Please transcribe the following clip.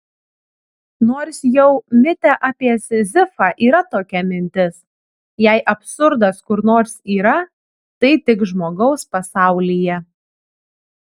nors jau mite apie sizifą yra tokia mintis jei absurdas kur nors yra tai tik žmogaus pasaulyje